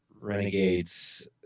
Renegade's